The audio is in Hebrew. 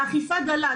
האכיפה דלה.